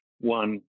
one